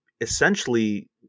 essentially